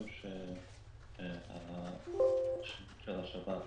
שהסיוע של השב"כ